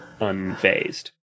unfazed